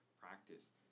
practice